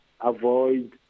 avoid